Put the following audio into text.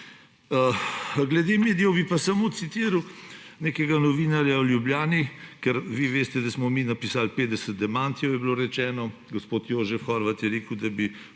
Glede medijev bi samo citiral nekega novinarja v Ljubljani, ker vi veste, da smo napisali 50 demantijev, kot je bilo rečeno. Gospod Jožef Horvat je rekel, da bi